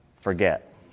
forget